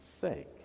sake